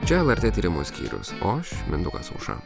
čia lrt tyrimų skyrius o aš mindaugas aušra